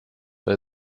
bei